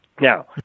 Now